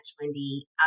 wendy